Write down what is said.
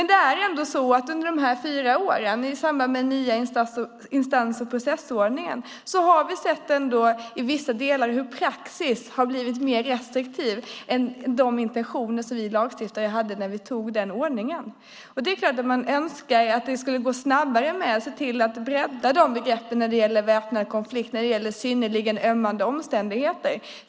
Det är ändå så att vi under de här fyra åren, i samband med den nya instans och processordningen, i vissa delar har sett hur praxis har blivit mer restriktiv än de intentioner som vi lagstiftare hade när vi antog den ordningen. Det är klart att man önskar att det skulle gå snabbare att bredda begreppen väpnad konflikt och synnerligen ömmande omständigheter.